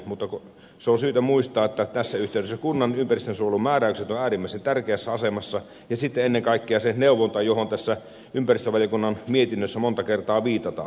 mutta on syytä muistaa että tässä yhteydessä kunnan ympäristönsuojelumääräykset ovat äärimmäisen tärkeässä asemassa ja ennen kaikkea se neuvonta johon tässä ympäristövaliokunnan mietinnössä monta kertaa viitataan